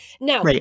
Now